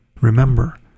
remember